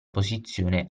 posizione